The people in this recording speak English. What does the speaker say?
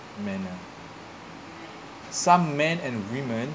manner some men and women